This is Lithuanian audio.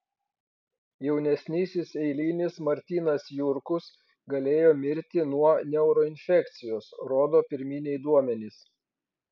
jaunesnysis eilinis martynas jurkus galėjo mirti nuo neuroinfekcijos rodo pirminiai duomenys